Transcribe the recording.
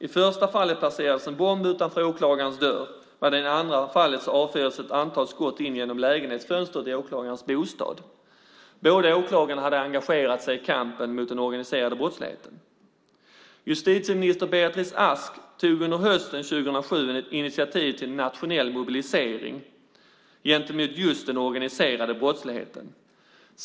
I det första fallet placerades en bomb utanför åklagarens dörr, och i det andra fallet avfyrades ett antal skott in genom lägenhetsfönstret i åklagarens bostad. Båda åklagarna hade engagerat sig i kampen mot den organiserade brottsligheten. Justitieminister Beatrice Ask tog under hösten 2007 ett initiativ till nationell mobilisering gentemot just den organiserade brottsligheten.